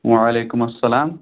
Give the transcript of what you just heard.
وعلیکُم السلام